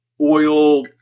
oil